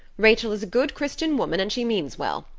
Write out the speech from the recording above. rachel is a good christian woman and she means well.